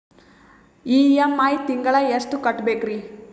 EMI ತಿಂಗಳ ಎಷ್ಟು ಕಟ್ಬಕ್ರೀ?